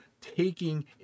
taking